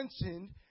mentioned